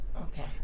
Okay